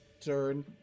turn